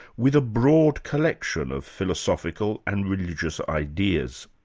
with a broad collection of philosophical and religious ideas.